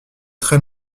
très